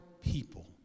people